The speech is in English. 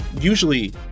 usually